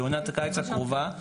לעונת הקיץ הקרובה,